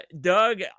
Doug